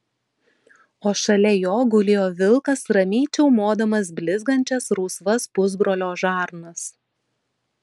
o šalia jo gulėjo vilkas ramiai čiaumodamas blizgančias rausvas pusbrolio žarnas